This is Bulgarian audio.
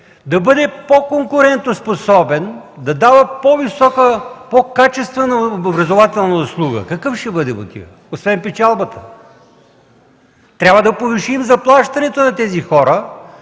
да бъде по-конкурентоспособен, да дава по-висока, по-качествена образователна услуга? Какъв ще бъде мотивът, освен печалбата?! Трябва да повишим заплащането на този хора